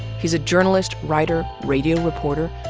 he's a journalist, writer, radio reporter.